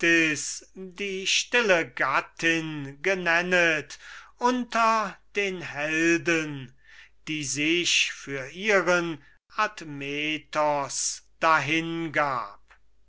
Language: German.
die stille gattin genennet unter den helden die sich für ihren admetos dahingab